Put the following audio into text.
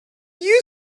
you